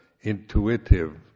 intuitive